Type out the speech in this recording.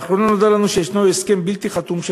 לאחרונה נודע לנו שיש הסכם בלתי חתום,